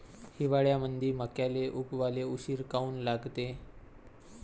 हिवाळ्यामंदी मक्याले उगवाले उशीर काऊन लागते?